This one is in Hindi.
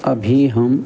अभी हम